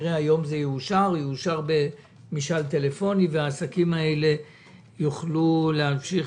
יאושר היום במשאל טלפוני כך שהעסקים האלה יוכלו להמשיך